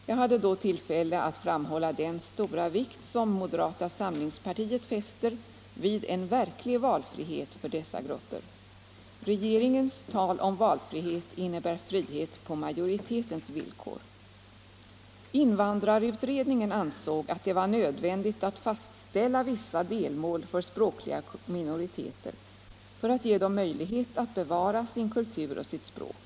Jag hade då tillfälle att framhålla den stora vikt som moderata samlingspartiet fäster vid en verklig valfrihet för dessa grupper. Regeringens tal om valfrihet innebär frihet på majoritetens villkor. Invandrarutredningen ansåg att det var nödvändigt att fastställa vissa delmål för språkliga minoriteter för att ge dem möjlighet att bevara sin kultur och sitt språk.